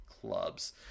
clubs